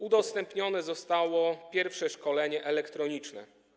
Udostępnione zostało pierwsze szkolenie elektroniczne.